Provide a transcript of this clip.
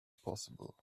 possible